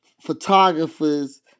photographers